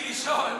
חסון,